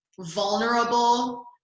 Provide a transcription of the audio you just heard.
vulnerable